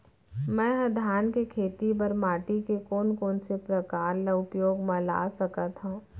मै ह धान के खेती बर माटी के कोन कोन से प्रकार ला उपयोग मा ला सकत हव?